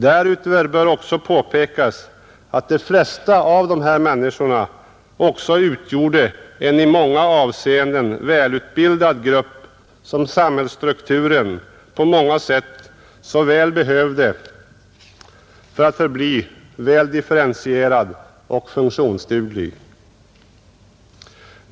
Därutöver bör också påpekas att de flesta av dessa människor utgjorde en i många avseenden välutbildad grupp som samhällsstrukturen på många sätt så väl behövde för att förbli differentierad och funktionsduglig.